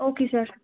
okay sir